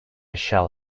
shall